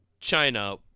china